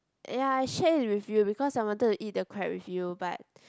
ya I shared it with you because I wanted to eat the crab with you but